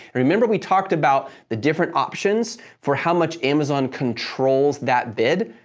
remember we talked about the different options for how much amazon controls that bid.